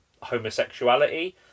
homosexuality